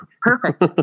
Perfect